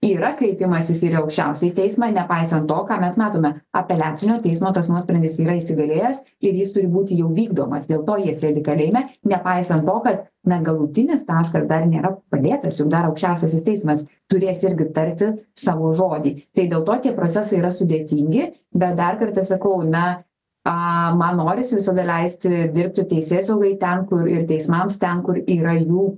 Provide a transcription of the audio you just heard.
yra kreipimasis ir į aukščiausiąjį teismą nepaisant to ką mes matome apeliacinio teismo tas nuosprendis yra įsigalėjęs ir jis turi būti jau vykdomas dėl to jie sėdi kalėjime nepaisant to kad na galutinis taškas dar nėra padėtas juk dar aukščiausiasis teismas turės irgi tarti savo žodį tai dėl to tie procesai yra sudėtingi bet dar kartą sakau na a man norisi visada leisti dirbti teisėsaugai ten kur ir teismams ten kur yra jų